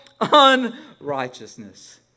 unrighteousness